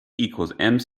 equals